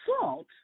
salt